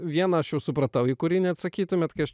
vieną aš jau supratau į kurį neatsakytumėt kai aš